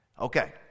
Okay